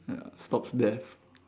ya stops death